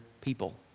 people